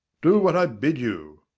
do what i bid you.